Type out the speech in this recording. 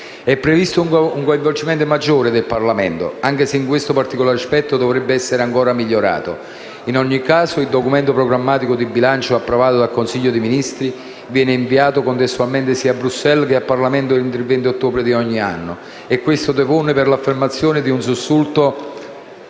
È previsto un coinvolgimento maggiore del Parlamento, anche se questo particolare aspetto dovrebbe essere ancora migliorato. In ogni caso, il Documento programmatico di bilancio approvato dal Consiglio dei Ministri viene inviato contestualmente sia a Bruxelles che al Parlamento entro il 20 ottobre di ogni anno e questo depone per l'affermazione di un sussulto